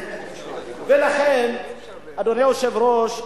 אדוני היושב-ראש,